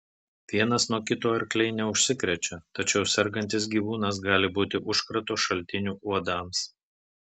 vienas nuo kito arkliai neužsikrečia tačiau sergantis gyvūnas gali būti užkrato šaltiniu uodams